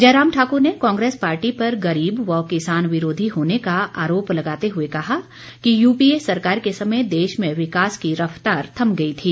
जयराम ठाकुर ने कांग्रेस पार्टी पर गरीब व किसान विरोधी होने का आरोप लगाते हुए कहा कि यूपीए सरकार के समय देश में विकास की रफ्तार थम गई थी